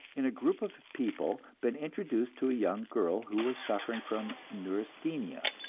in a group of people, been introduced to a young girl who was suffering from neurasthenia.